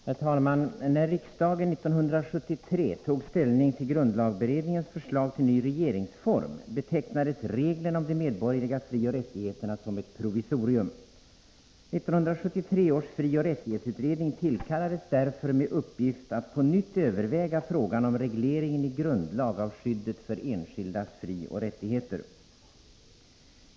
Herr talman! När riksdagen år 1973 tog ställning till grundlagberedningens förslag till ny regeringsform betecknades reglerna om de medborgerliga frioch rättigheterna som ett provisorium. 1973 års frioch rättighetsutredning tillkallades därför med uppgift att på nytt överväga frågan om regleringen i grundlag av skyddet för enskildas frioch rättigheter.